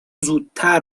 زودتر